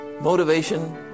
motivation